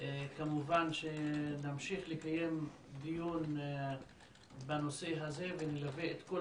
כמובן שנמשיך לקיים דיון בנושא הזה ונלווה את כל